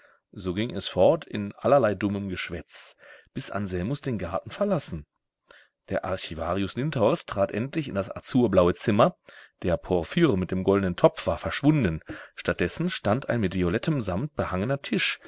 so ging es fort in allerlei dummem geschwätz bis anselmus den garten verlassen der archivarius lindhorst trat endlich in das azurblaue zimmer der porphyr mit dem goldnen topf war verschwunden statt dessen stand ein mit violettem samt behangener tisch